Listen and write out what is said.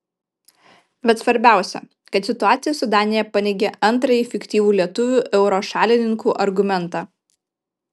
bet svarbiausia kad situacija su danija paneigia antrąjį fiktyvų lietuvių euro šalininkų argumentą